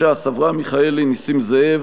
ש"ס: אברהם מיכאלי ונסים זאב.